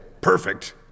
perfect